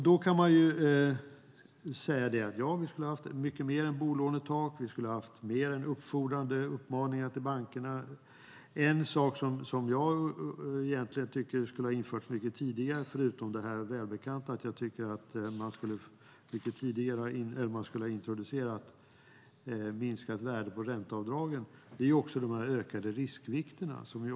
Då kan vi hävda att det skulle ha funnits mer än bolånetak och mer än uppfordrande uppmaningar till bankerna. En sak som jag tycker skulle ha införts tidigare, förutom det välbekanta att tidigare introducera ett minskat värde på ränteavdragen, är de ökade riskvikterna.